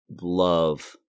love